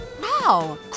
Wow